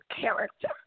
character